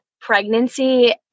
pregnancy